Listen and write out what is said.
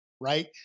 right